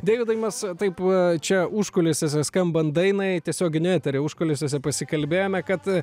deividai mes taip čia užkulisiuose skambant dainai tiesioginio eterio užkulisiuose pasikalbėjome kad